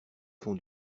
font